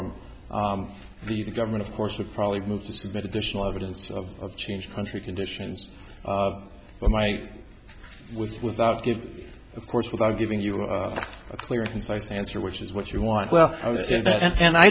on the government of course are probably moved to submit additional evidence of change country conditions but my with without it of course without giving you a clear concise answer which is what you want well and i